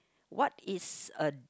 what is a